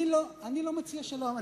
אני לא מציע שלום.